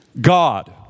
God